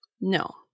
No